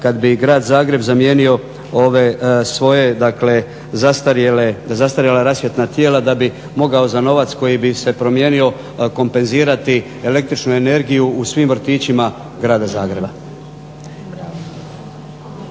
kad bi Grad Zagreb zamijenio ove svoje zastarjele, zastarjela rasvjetna tijela da bi mogao za novac koji bi se promijenio kompenzirati za električnu energiju u svim vrtićima grada Zagreba.